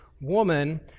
woman